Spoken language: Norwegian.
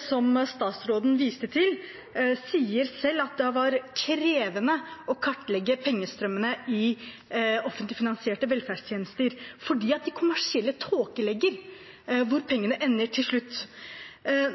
som statsråden viste til, sier selv at det var krevende å kartlegge pengestrømmene i offentlig finansierte velferdstjenester fordi de kommersielle tåkelegger hvor pengene ender til slutt.